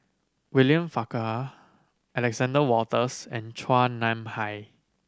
William Farquhar Alexander Wolters and Chua Nam Hai